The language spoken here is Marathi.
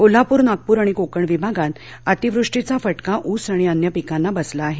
कोल्हापूर नागपूर आणि कोकण विभागात अतिवृष्टीचा फटका ऊस आणि अन्य पिकांना बसला आहे